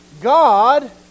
God